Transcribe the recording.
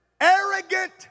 Arrogant